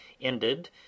ended